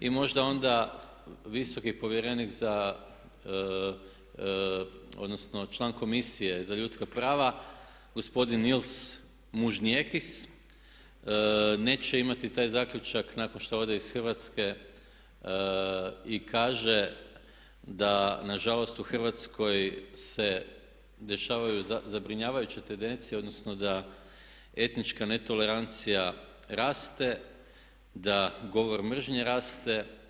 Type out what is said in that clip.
Možda onda visoki povjerenik za, odnosno član Komisije za ljudska prava gospodin Nils Muznieckis neće imati taj zaključak nakon što ode iz Hrvatske i kaže da nažalost u Hrvatskoj se dešavaju zabrinjavajuće tendencije odnosno da etnička netolerancija raste, da govor mržnje raste.